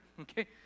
okay